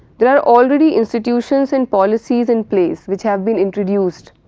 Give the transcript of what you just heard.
there are already institutions and policies and place which have been introduced.